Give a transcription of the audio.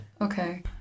Okay